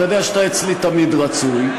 אתה יודע שאתה אצלי תמיד רצוי,